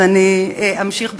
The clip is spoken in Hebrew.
אז אני אמשיך בכך.